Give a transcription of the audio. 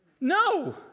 No